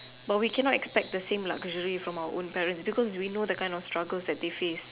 but we cannot expect the same luxury from our own parents because we know the kind of struggles that they face